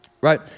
Right